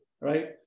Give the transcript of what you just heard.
right